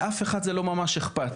לאף אחד זה לא ממש איכפת.